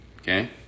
Okay